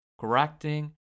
correcting